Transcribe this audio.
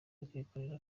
akikorera